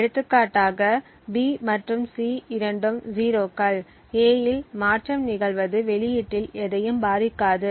எடுத்துக்காட்டாக B மற்றும் C இரண்டும் 0 கள் A இல் மாற்றம் நிகழ்வது வெளியீட்டில் எதையும் பாதிக்காது